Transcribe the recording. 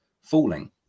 falling